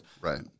Right